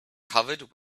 covered